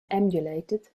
emulated